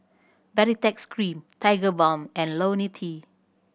Baritex Cream Tigerbalm and Lonil T